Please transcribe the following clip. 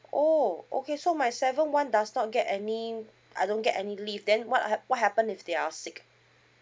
oh okay so my seven one does not get any I don't get any leave then what h~ what happen if they are sick